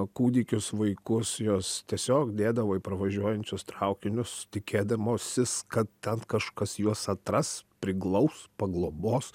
kūdikius vaikus juos tiesiog dėdavo į pravažiuojančius traukinius tikėdamosis kad ten kažkas juos atras priglaus paglobos